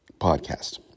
podcast